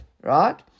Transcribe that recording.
right